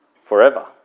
forever